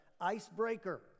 Icebreaker